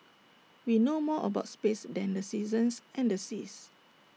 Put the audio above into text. we know more about space than the seasons and the seas